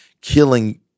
killing